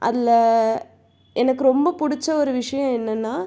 அதில் எனக்கு ரொம்ப பிடிச்ச ஒரு விஷயம் என்னென்னா